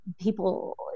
people